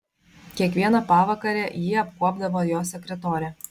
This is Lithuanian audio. kiekvieną pavakarę jį apkuopdavo jo sekretorė